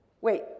Wait